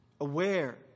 aware